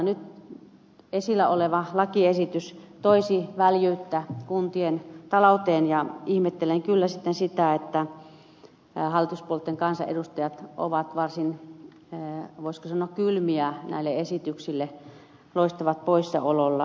nyt esillä oleva lakiesitys toisi väljyyttä kuntien talouteen ja ihmettelen kyllä sitä että hallituspuolueitten kansanedustajat ovat varsin voisiko sanoa kylmiä näille esityksille loistavat poissaolollaan